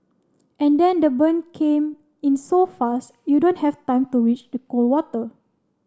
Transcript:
and then the burn came in so fast you don't have time to reach the cold water